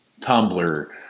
Tumblr